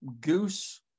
goose